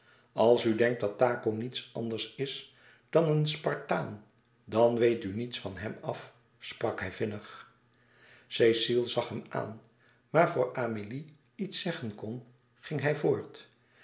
als u denkt dat taco niets anders is dan een spartaan dan weet u niets van hem af sprak hij vinnig cecile zag hem aan maar voor amélie iets zeggen kon ging hij voort